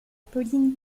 pauline